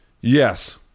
yes